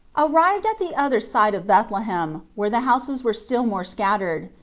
arrived at the other side of bethlehem, where the houses were still more scattered,